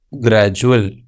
gradual